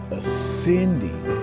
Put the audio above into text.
ascending